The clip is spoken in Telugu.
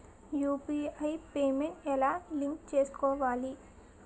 యు.పి.ఐ పేమెంట్ ఎలా లింక్ చేసుకోవాలి?